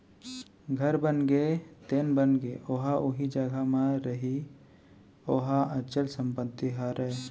घर बनगे तेन बनगे ओहा उही जघा म रइही ओहा अंचल संपत्ति हरय